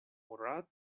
murad